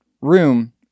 room